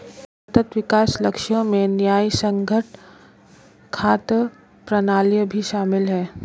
सतत विकास लक्ष्यों में न्यायसंगत खाद्य प्रणाली भी शामिल है